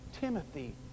Timothy